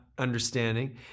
understanding